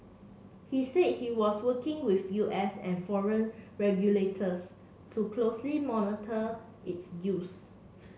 he said he was working with U S and foreign regulators to closely monitor its use